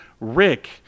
Rick